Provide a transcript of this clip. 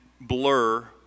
blur